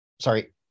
sorry